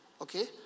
Okay